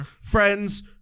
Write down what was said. Friends